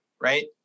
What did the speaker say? Right